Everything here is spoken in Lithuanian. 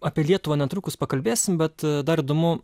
apie lietuvą netrukus pakalbėsim bet dar įdomu